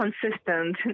consistent